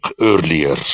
earlier